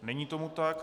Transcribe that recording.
Není tomu tak.